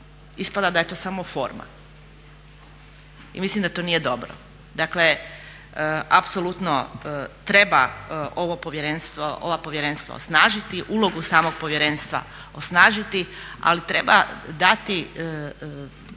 ispada da je to samo forma i mislim da to nije dobro. Dakle apsolutno treba ova povjerenstva osnažiti, ulogu samog povjerenstva osnažiti, ali treba